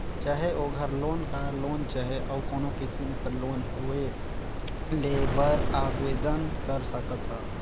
चाहे ओघर loan, car loan चहे अउ कोनो किसिम कर लोन होए लेय बर आबेदन कर सकत ह